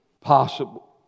possible